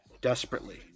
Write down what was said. Desperately